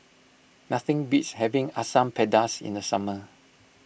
nothing beats having Asam Pedas in the summer